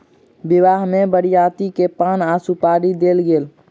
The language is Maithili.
विवाह में बरियाती के पान आ सुपारी देल गेल